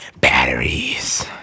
Batteries